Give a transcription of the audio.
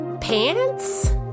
Pants